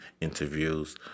interviews